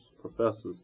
professors